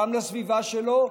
גם לסביבה שלו,